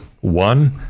one